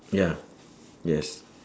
ya yes